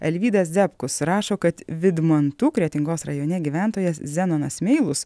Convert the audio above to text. alvydas ziabkus rašo kad vydmantų kretingos rajone gyventojas zenonas meilus